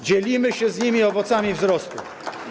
Dzielimy się z nimi owocami wzrostu.